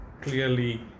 clearly